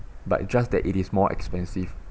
but just that it is more expensive